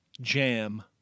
jam